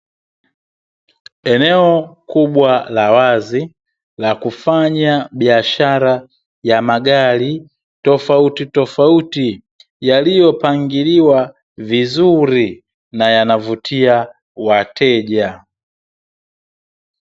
Eneo kubwa la wazi la kufanya biashara ya magari tofautitofauti, yaliyopangiliwa vizuri na yanavutia wateja.